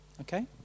okay